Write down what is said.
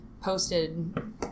posted